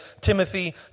Timothy